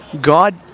God